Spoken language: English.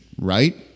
right